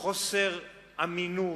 חוסר אמינות,